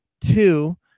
Two